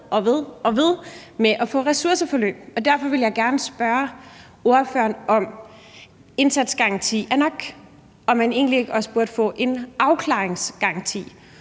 og ved med at få ressourceforløb. Derfor vil jeg gerne spørge ordføreren, om indsatsgaranti er nok, eller om man egentlig ikke også burde få en afklaringsgaranti,